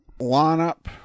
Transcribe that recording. lineup